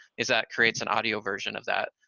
is that creates an audio version of that,